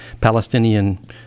Palestinian